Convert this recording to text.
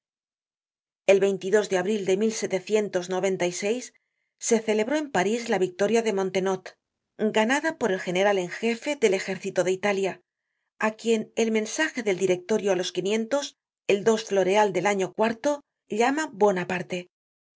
el de abril de se celebró en parís la victoria de montenotte ganada por el general en jefe del ejército de italia á quien el mensaje del directorio á los quinientos el floreal del año iv llama buonaparte